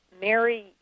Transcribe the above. Mary